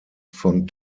von